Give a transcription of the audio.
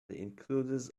includes